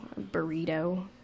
burrito